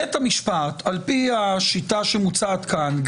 בית המשפט על פי השיטה שמוצעת כאן,